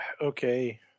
Okay